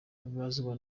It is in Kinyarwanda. ababazwa